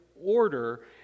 order—